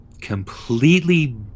completely